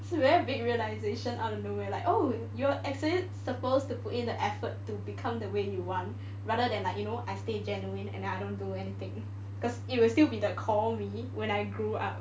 it's a very big realisation out of nowhere like oh you're actually supposed to put in the effort to become the way you want rather than like you know I stay genuine and I don't do anything cause it will still be the core me when I grew up